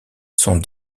sont